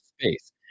space